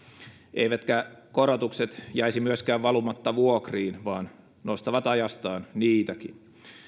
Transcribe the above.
eivätkä korotukset jäisi myöskään valumatta vuokriin vaan nostavat ajastaan niitäkin